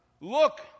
Look